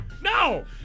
No